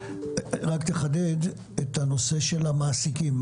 תחדד את הנושא של המעסיקים.